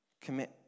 commit